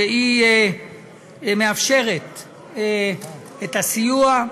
שהיא מאפשרת את הסיוע.